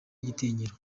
igitinyiro